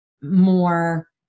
more